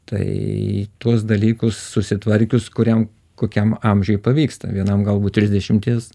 tai tuos dalykus susitvarkius kuriam kokiam amžiuj pavyksta vienam galbūt trisdešimties